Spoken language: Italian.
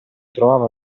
trovava